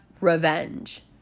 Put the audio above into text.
revenge